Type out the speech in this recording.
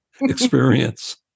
experience